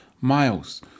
miles